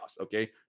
okay